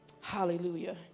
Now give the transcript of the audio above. Hallelujah